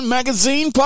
Magazine